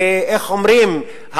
ואיך אומרים,